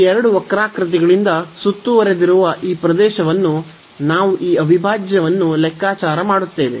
ಈ ಎರಡು ವಕ್ರಾಕೃತಿಗಳಿಂದ ಸುತ್ತುವರೆದಿರುವ ಈ ಪ್ರದೇಶವನ್ನು ನಾವು ಈ ಅವಿಭಾಜ್ಯವನ್ನು ಲೆಕ್ಕಾಚಾರ ಮಾಡುತ್ತೇವೆ